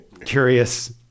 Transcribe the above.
curious